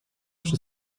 przy